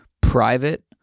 private